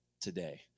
today